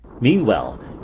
meanwhile